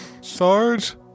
Sarge